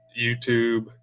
YouTube